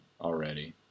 already